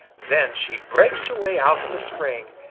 then she breaks her way out in the spring,